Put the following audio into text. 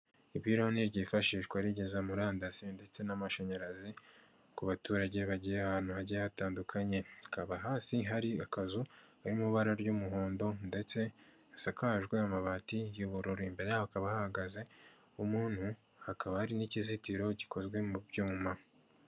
Ipironi ryifashishwa rigeza murandasi, ndetse n'amashanyarazi ku baturage, bagiye bari ahantu hagiye hatandukanye, hakaba hasi hari akazu kari mu ibara ry'umuhondo, ndetse hasakajwe amabati y'ubururu, imbere hakaba hahagaze umuntu, hakaba hari n'ikizitiro gikozwe mu byuma.